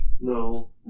No